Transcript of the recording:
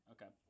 Okay